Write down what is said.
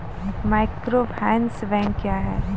Microfinance bank क्या हैं?